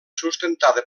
sustentada